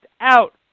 out